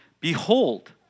Behold